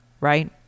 Right